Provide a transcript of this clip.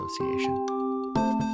association